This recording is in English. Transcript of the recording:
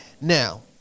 Now